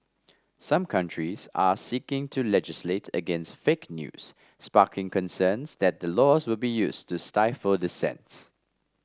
some countries are seeking to legislate against fake news sparking concerns that the laws will be used to stifle dissents